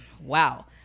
wow